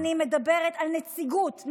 אני מדברת על נציגות.